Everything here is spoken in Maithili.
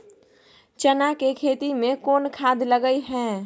चना के खेती में कोन खाद लगे हैं?